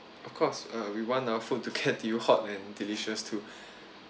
of course uh we want our food to get to you hot and delicious too